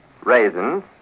raisins